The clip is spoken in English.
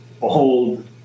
old